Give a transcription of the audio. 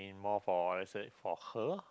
more for let's say for her